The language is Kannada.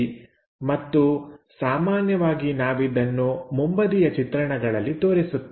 2d ಮತ್ತು ಸಾಮಾನ್ಯವಾಗಿ ನಾವಿದನ್ನು ಮುಂಬದಿಯ ಚಿತ್ರಣಗಳಲ್ಲಿ ತೋರಿಸುತ್ತೇವೆ